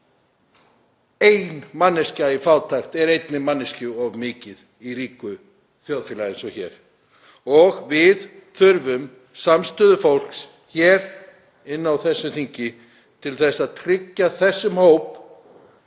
Ein manneskja í fátækt er einni manneskju of mikið í ríku þjóðfélagi eins og hér. Við þurfum samstöðu fólks hér á þessu þingi til að tryggja þessum hópi